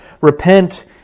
Repent